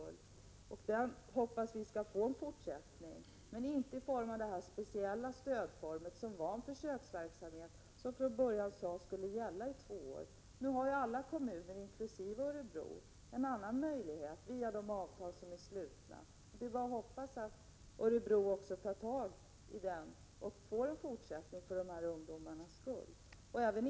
Den modellen hoppas jag att vi skall få ha i fortsättningen, men inte i form av specialstöd som infördes som försöksverksamhet och som från början sades skulle gälla i två år. Alla kommuner, inkl. Örebro, har en annan möjlighet via de avtal som har slutits. Det är bara att hoppas att också Örebro kan få del av dem och kan fortsätta med åtgärderna för ungdomarnas skull.